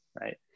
right